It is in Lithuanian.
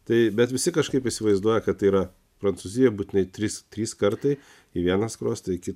tai bet visi kažkaip įsivaizduoja kad tai yra prancūzijoj būtinai trys trys kartai į vieną skruostą į kitą